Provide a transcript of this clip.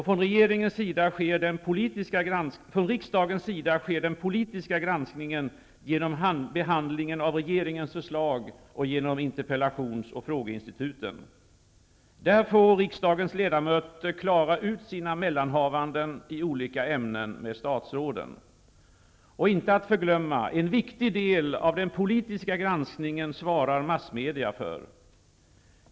Från riksdagens sida sker den politiska granskningen genom behandlingen av regeringens förslag och genom interpellations och frågeinstituten. Där får riksdagens ledamöter klara ut sina mellanhavanden i olika ämnen med statsråden. Och inte att förglömma: en viktig del av den politiska granskningen svarar massmedia för.